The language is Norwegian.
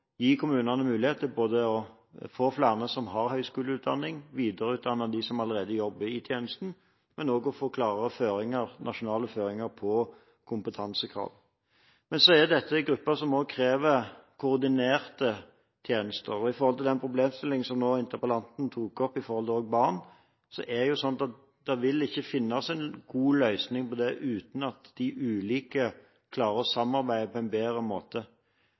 flere som har høyskoleutdanning, videreutdanne dem som allerede jobber i tjenesten, men også å få klarere nasjonale føringer på kompetansekrav. Men dette er grupper som også krever koordinerte tjenester. Når det gjelder den problemstillingen som interpellanten tok opp angående barn, vil en ikke finne en god løsning på det uten at de ulike aktørene klarer å samarbeide på en bedre måte.